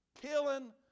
killing